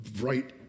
right